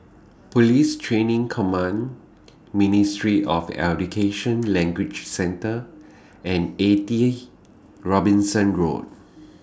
Police Training Command Ministry of Education Language Centre and eighty Robinson Road